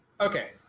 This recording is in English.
Okay